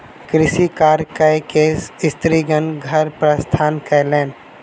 कृषि कार्य कय के स्त्रीगण घर प्रस्थान कयलैन